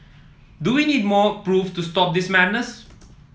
do we need more proof to stop this madness